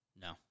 No